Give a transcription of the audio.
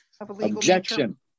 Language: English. Objection